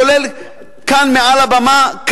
כולל כאן מעל הבמה,